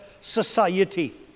society